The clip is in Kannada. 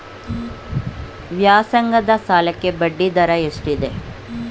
ವ್ಯಾಸಂಗದ ಸಾಲಕ್ಕೆ ಬಡ್ಡಿ ದರ ಎಷ್ಟಿದೆ?